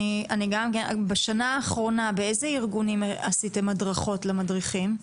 --- בשנה האחרונה באלו ארגונים עשיתם הדרכות למדריכים?